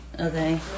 Okay